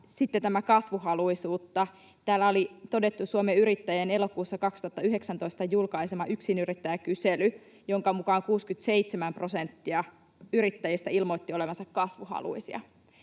sitten tästä kasvuhaluisuudesta: täällä oli todettu, että Suomen Yrittäjien elokuussa 2019 julkaiseman yksinyrittäjäkyselyn mukaan 67 prosenttia yrittäjistä ilmoitti olevansa kasvuhaluisia.